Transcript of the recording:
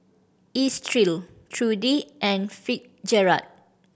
Estill Trudie and Fitzgerald